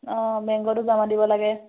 অঁ বেংকতটো জমা দিব লাগে